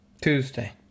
Tuesday